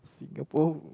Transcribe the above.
Singapore